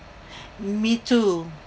me too